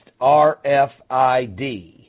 R-F-I-D